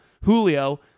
Julio